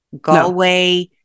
Galway